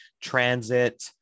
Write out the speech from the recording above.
transit